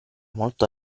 molto